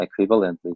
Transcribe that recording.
equivalently